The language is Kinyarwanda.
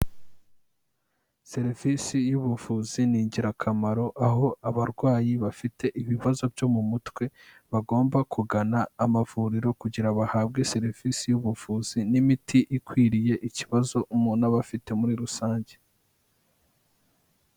Serivisi y'ubuvuzi ni ingirakamaro aho abarwayi bafite ibibazo byo mu mutwe bagomba kugana amavuriro kugira bahabwe serivisi y'ubuvuzi n'imiti ikwiriye ikibazo umuntu aba afite muri rusange.